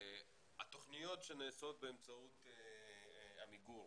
התכניות שנעשות באמצעות עמיגור,